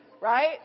right